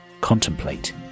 contemplate